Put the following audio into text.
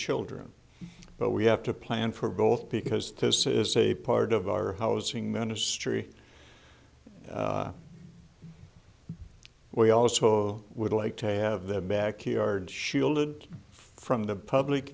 children but we have to plan for both because this is a part of our housing ministry we also would like to have the backyard shielded from the public